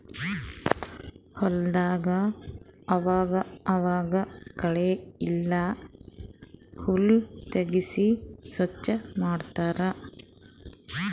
ಹೊಲದಾಗ್ ಆವಾಗ್ ಆವಾಗ್ ಕಳೆ ಇಲ್ಲ ಹುಲ್ಲ್ ತೆಗ್ಸಿ ಸ್ವಚ್ ಮಾಡತ್ತರ್